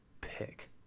pick